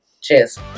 Cheers